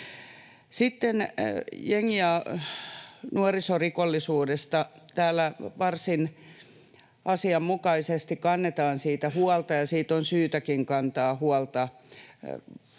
Sitten jengi- ja nuorisorikollisuudesta täällä varsin asianmukaisesti kannetaan huolta, ja siitä on syytäkin kantaa huolta.